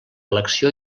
elecció